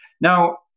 Now